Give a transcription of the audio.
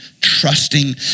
trusting